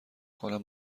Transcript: کنم